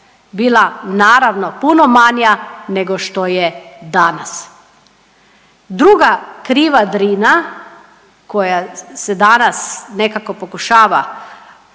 bila naravno puno manja nego što je danas. Druga kriva Drina koja se danas nekako pokušava